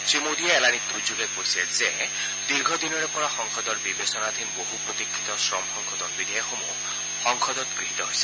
শ্ৰীমোডীয়ে এলানি টুইটযোগে কৈছে যে দীৰ্ঘদিনৰেপৰা সংসদৰ বিবেচনাধীন বহু প্ৰতীক্ষিত শ্ৰম সংশোধন বিধেয়কসমূহ সংসদত গৃহীত হৈছে